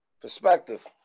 Perspective